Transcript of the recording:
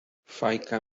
fajka